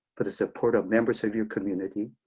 for the support of members of your community,